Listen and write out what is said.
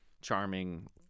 charming